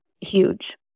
huge